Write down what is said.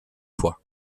fois